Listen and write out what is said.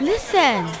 Listen